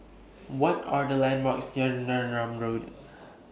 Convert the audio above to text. What Are The landmarks near Neram Road